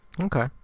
Okay